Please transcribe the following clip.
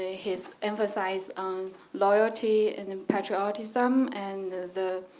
ah his emphasize on loyalty and patriotism, and the